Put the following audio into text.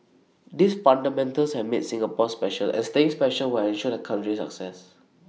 these fundamentals have made Singapore special and staying special will ensure the country's success